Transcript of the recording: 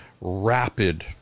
rapid